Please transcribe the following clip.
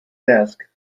desk